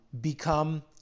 become